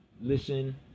listen